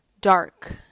dark